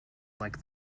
like